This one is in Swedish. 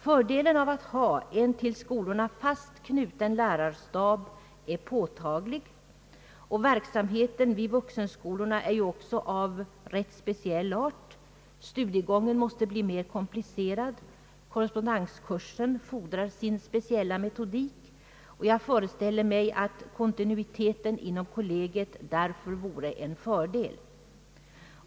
Fördelen av att ha en till skolorna fast knuten lärarstab är påtaglig. Verksamheten vid vuxenskolorna är ju också av rätt speciell art — studiegången måste bli mer komplicerad, korrespondenskursen fordrar sin speciella metodik — och jag föreställer mig att kontinuiteten inom kollegiet därför vore en fördel.